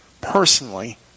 personally